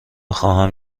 خواهم